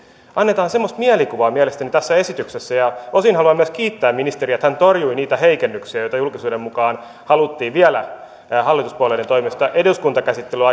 annetaan semmoista mielikuvaa mielestäni tässä esityksessä ja osin haluan myös kiittää ministeriä että hän torjui niitä heikennyksiä joita julkisuuden mukaan haluttiin vielä hallituspuolueiden toimesta eduskuntakäsittelyn